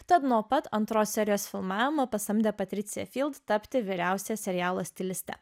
tad nuo pat antros serijos filmavimą pasamdė patricija tapti vyriausia serialo stilistė